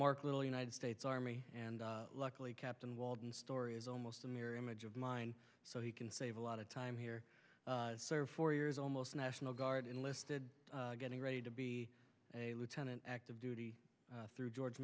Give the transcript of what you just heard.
mark little united states army and luckily captain walden story is almost a mirror image of mine so he can save a lot of time here serve four years almost national guard enlisted getting ready to be a lieutenant active duty through george